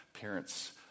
parents